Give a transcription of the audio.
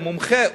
הוא מומחה,